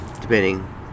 depending